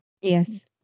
Yes